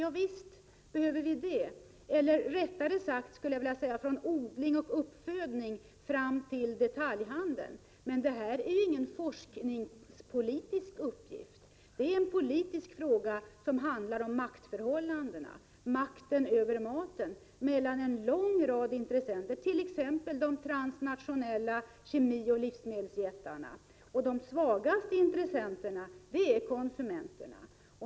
Ja, visst behöver vi det — eller rättare sagt: från odling och uppfödning fram till detaljhandel. Men det här är ingen forskningspolitisk uppgift. Det är en politisk fråga, som handlar om maktförhållandena — makten över maten — mellan en lång rad intressenter, t.ex. de transnationella kemioch livsmedelsjättarna och de svagaste intressenterna, konsumenterna.